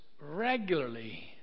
regularly